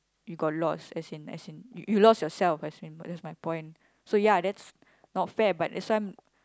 you got lost as in as in you lost yourself as in that's my point so ya that's not fair but that's why